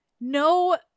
no